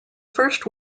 first